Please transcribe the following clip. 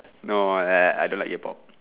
no I I I don't like K pop